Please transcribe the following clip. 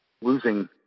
losing